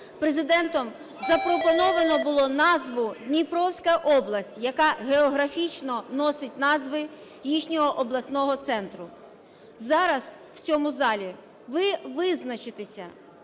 Президентом запропоновано було назву Дніпровська область, яка географічно носить назву їхнього обласного центру. Зараз у цьому залі ви визначитеся,